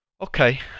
Okay